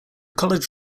college